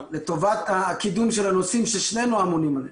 לטובת קידום של הנושאים ששנינו אמונים עליהם.